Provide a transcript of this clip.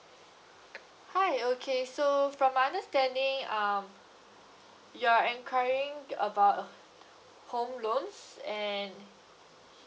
hi okay so from my understanding um you're enquiring about uh home loans and